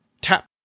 Tap